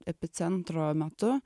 epicentro metu